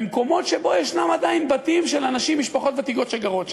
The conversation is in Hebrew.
במקומות שבהם ישנם עדיין בתים של אנשים ממשפחות ותיקות שגרות שם.